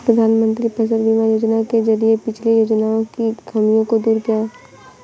प्रधानमंत्री फसल बीमा योजना के जरिये पिछली योजनाओं की खामियों को दूर किया